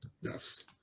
Yes